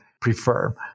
prefer